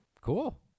cool